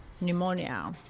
pneumonia